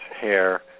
hair